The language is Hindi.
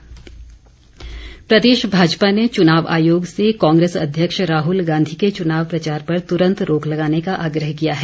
ज्ञापन प्रदेश भाजपा ने चुनाव आयोग से कांग्रेस अध्यक्ष राहुल गांधी के चुनाव प्रचार पर तुरंत रोक लगाने का आग्रह किया है